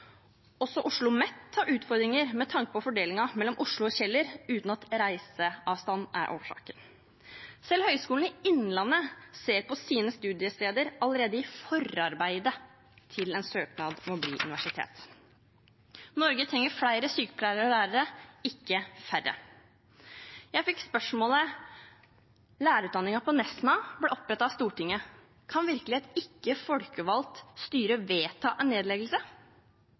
har utfordringer med tanke på fordelingen mellom Oslo og Kjeller, uten at reiseavstanden er årsaken. Selv Høgskolen i Innlandet ser på sine studiesteder allerede i forarbeidet til en søknad om å bli universitet. Norge trenger flere sykepleiere og lærere, ikke færre. Jeg fikk spørsmålet: Lærerutdanningen på Nesna ble opprettet av Stortinget – kan virkelig et ikke-folkevalgt styre vedta en nedleggelse?